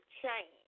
change